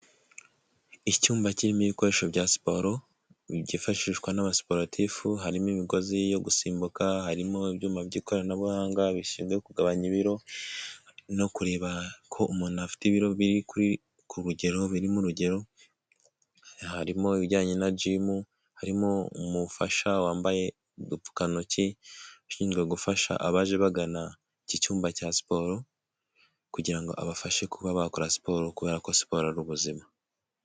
Icyumba kirimo ibikoresho bya siporo byifashishwa n'abasiporatifu harimo imigozi yo gusimbuka, harimo ibyuma by'ikoranabuhanga bishinzwe kugabanya ibiro no kureba ko umuntu afite ibiro biri ku rugero birimo urugero harimo ibijyanye na gimu harimo umufasha wambaye udupfukantoki ushinjwa gufasha abaje bagana iki cyumba cya siporo kugira ngo abafashe kuba bakora siporo kubera ko siporo ari ubuzima.